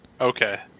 Okay